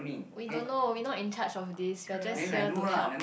we don't know we not in charge of this we are just here to help